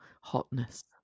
hotness